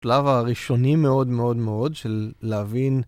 שלב הראשוני מאוד מאוד מאוד של להבין.